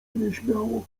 nieśmiało